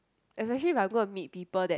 especially if I go and meet people that